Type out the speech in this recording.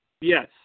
Yes